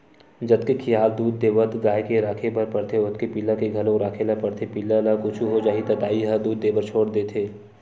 जतके खियाल दूद देवत गाय के राखे बर परथे ओतके पिला के घलोक राखे ल परथे पिला ल कुछु हो जाही त दाई ह दूद देबर छोड़ा देथे